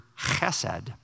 chesed